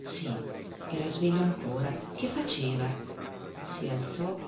sì era sveglio ancora che faceva si alzò